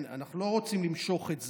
אנחנו לא רוצים למשוך את זה.